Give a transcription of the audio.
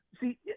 See